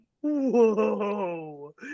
whoa